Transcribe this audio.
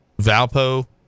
Valpo